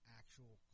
actual